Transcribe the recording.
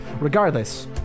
regardless